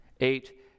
Eight